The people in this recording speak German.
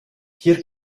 hier